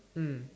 mm